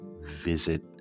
visit